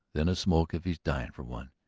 then a smoke if he's dying for one.